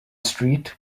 street